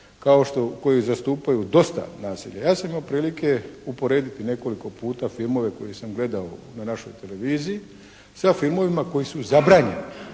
koji zastupaju dosta nasilja. Ja sam imao prilike uporediti nekoliko puta filmove koje sam gledao na našoj televiziji sa filmovima koji su zabranjeni